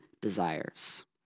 desires